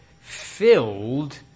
filled